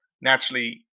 naturally